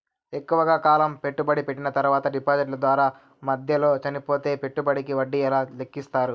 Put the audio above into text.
ఎక్కువగా కాలం పెట్టుబడి పెట్టిన తర్వాత డిపాజిట్లు దారు మధ్యలో చనిపోతే పెట్టుబడికి వడ్డీ ఎలా లెక్కిస్తారు?